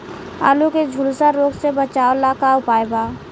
आलू के झुलसा रोग से बचाव ला का उपाय बा?